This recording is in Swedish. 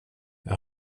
jag